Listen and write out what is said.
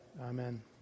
Amen